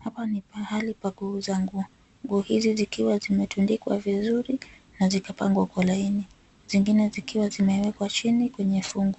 Hapa ni pahali pa kuuza nguo. Nguo hizi zikiwa zimetandikwa vizuri na zikapangwa kwa laini. Zingine zikiwa zimewekwa chini kwenye fungu.